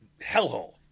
hellhole